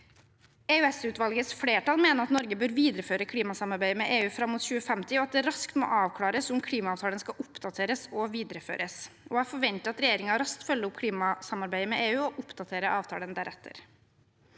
EØS-utvalgets flertall mener at Norge bør videreføre klimasamarbeidet med EU fram mot 2050, og at det raskt må avklares om klimaavtalen skal oppdateres og videreføres. Jeg forventer at regjeringen raskt følger opp klimasamarbeidet med EU og oppdaterer avtalen deretter.